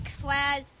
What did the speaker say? class